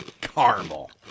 caramel